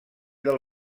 del